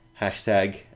Hashtag